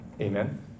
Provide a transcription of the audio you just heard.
Amen